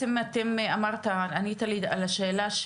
ענית לי על השאלה,